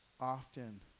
often